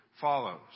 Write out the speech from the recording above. follows